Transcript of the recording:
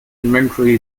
inventory